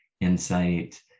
insight